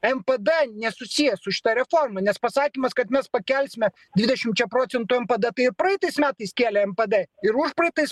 npd nesusijęs su šita reforma nes pasakymas kad mes pakelsime dvidešimčia procentų npd tai ir praeitais metais kėlė npd ir užpraeitais